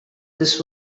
this